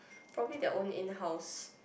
probably their own in house